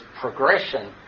progression